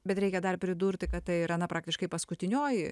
bet reikia dar pridurti kad tai yra na praktiškai paskutinioji